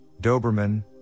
Doberman